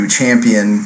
champion